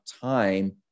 time